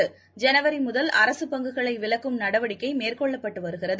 Covid ஜனவரிமுதல் அரசு பங்குகளைவிலக்கும் நடவடிக்கைமேற்கொள்ளப்பட்டுவருகிறது